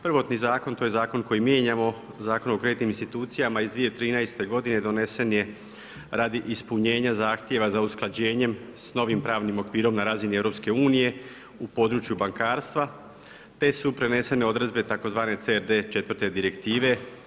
Prvotni zakon, to je zakon koji mijenjamo Zakon o kreditnim institucijama iz 2013. godine donesen je radi ispunjenja zahtjeva za usklađenjem s novim pravnim okvirom na razini Europske unije u području bankarstva, te su prenesene odredbe tzv. CRD IV. direktive.